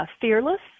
fearless